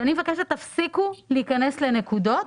כי אני מבקשת שתפסיקו להיכנס לנקודות